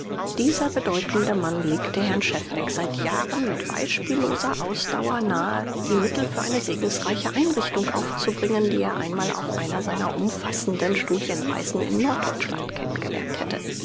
dieser bedeutende mann legte herrn schefbeck seit jahren mit beispielloser ausdauer nahe die mittel für eine segensreiche einrichtung aufzubringen die er einmal auf einer seiner umfassenden studienreisen in norddeutschland kennen gelernt hatte